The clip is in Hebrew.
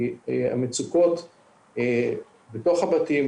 כי המצוקות בתוך הבתים,